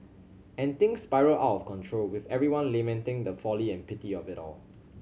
and things spiral out of control with everyone lamenting the folly and pity of it all